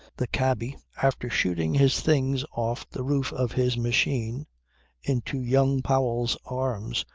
the cabby, after shooting his things off the roof of his machine into young powell's arms,